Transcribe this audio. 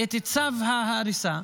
את צו ההריסה,